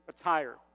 attire